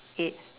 eight